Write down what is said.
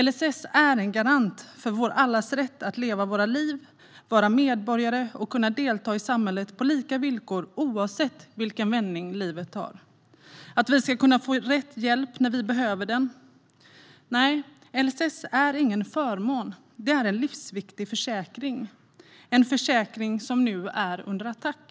LSS är en garant för allas vår rätt att leva våra liv, vara medborgare, kunna delta i samhället på lika villkor oavsett vilken vändning livet tar och kunna få rätt hjälp när vi behöver den. LSS är ingen förmån utan en livsviktig försäkring - en försäkring som nu är under attack.